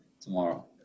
tomorrow